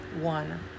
one